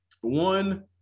One